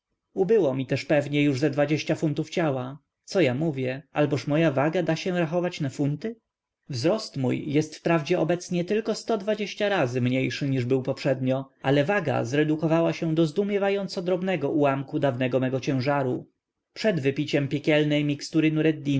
ubyło mi też pewnie już ze dwadzieścia funtów ciała co ja mówię alboż moja waga da się rachować na funty wzrost mój jest wprawdzie obecnie tylko razy mniejszy niż był poprzednio ale waga zredukowała się do zdumiewająco drobnego ułamku dawnego mego ciężaru przed wypiciem piekielnj